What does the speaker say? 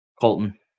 Colton